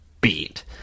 beat